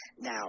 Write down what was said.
Now